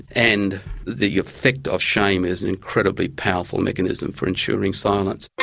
and the effect of shame is an incredibly powerful mechanism for ensuring silence.